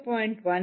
19 5